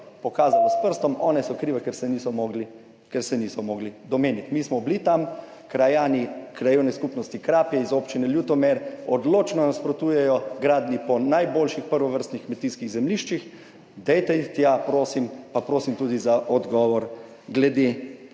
pokazalo s prstom, one so krive, ker se niso mogli. Mi smo bili tam, krajani krajevne skupnosti Krapje iz Občine Ljutomer odločno nasprotujejo gradnji po najboljših, prvovrstnih kmetijskih zemljiščih, pojdite tja, prosim, pa prosim tudi za odgovor glede